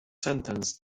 sentenced